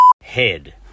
head